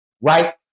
right